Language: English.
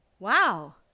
wow